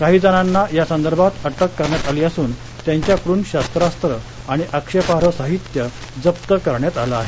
काही जणांना या संदर्भात अटक करण्यात आली असून त्यांच्याकडून शस्त्रास्त्रं आणि आक्षेपार्ह साहित्य जप्त करण्यात आलं आहे